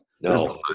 no